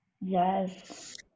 yes